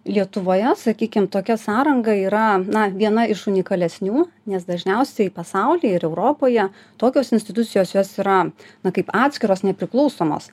lietuvoje sakykim tokia sąranga yra na viena iš unikalesnių nes dažniausiai pasauly ir europoje tokios institucijos jos yra na kaip atskiros nepriklausomos